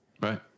Right